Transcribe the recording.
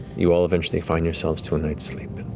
you all eventually find yourselves to a night's sleep.